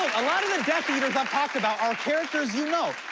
a lot of the death eaters i've talked about are characters you know,